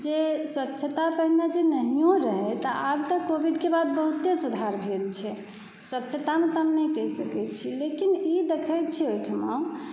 जे स्वक्षता पहिने जे नहिओ रहै लेकिन तऽ आब तऽ कोविडके बाद बहुते सुधार भेल छै स्वक्षतामे कम नहि कहि सकै छी लेकिन ई देखै छी ओहिठमा